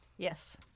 Yes